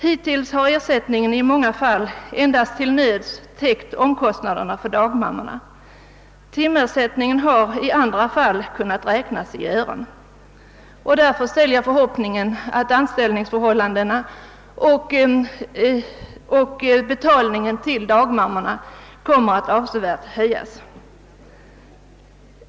Hittills har ersättning i många fall endast knapphändigt täckt omkostnaderna för dagmammorna. Timersättningen har i andra fall kunnat räknas i ören. Därför vill jag ge uttryck åt förhoppningen, att anställningsförhållandena och betalningen till dagmammorna kommer att avsevärt höjas.